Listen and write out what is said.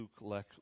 Luke